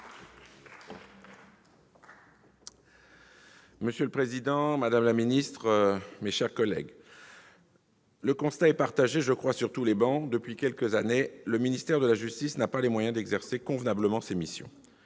Monsieur le président, madame la garde des sceaux, mes chers collègues, le constat est partagé, je le crois, sur toutes les travées : depuis quelques années, le ministère de la justice n'a pas les moyens d'exercer convenablement ses missions.